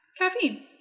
Caffeine